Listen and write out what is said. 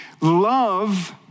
Love